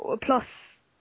Plus